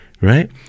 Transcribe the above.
Right